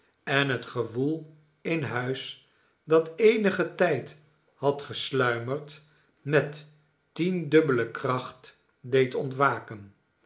en het gewoel in huis dat eenigen tijd had gesluimerd met tiendubbele kracht deed ontwaken